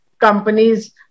companies